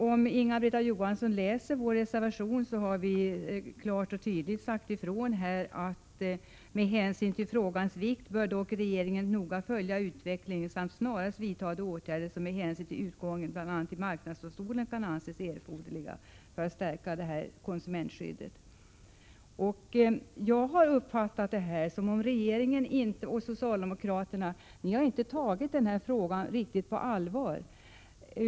Om Inga-Britt Johansson läser vår reservation så skall hon finna att vi klart och tydligt har sagt ifrån att regeringen noga bör följa utvecklingen med tanke på frågans vikt samt snarast vidta de åtgärder som med hänsyn till utgången i bl.a. marknadsdomstolen kan anses erforderliga för att stärka konsumentskyddet. Jag uppfattar detta som att regeringen och socialdemo kraterna har varit ganska passiva och inte har tagit frågan riktigt på allvar. — Prot.